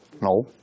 no